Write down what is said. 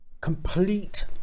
complete